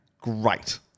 Great